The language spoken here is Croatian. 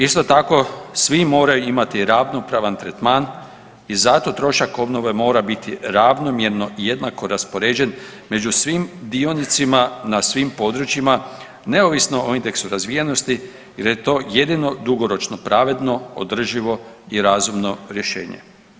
Isto tako svi moraju imati ravnopravan tretman i zato trošak obnove mora biti ravnomjerno i jednako raspoređen među svim dionicima na svim područjima neovisno o indeksu razvijenosti jer je to jedino dugoročno, pravedno, održivo i razumno rješenje.